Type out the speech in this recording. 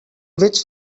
which